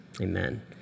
Amen